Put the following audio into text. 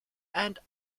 and